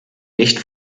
nicht